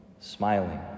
smiling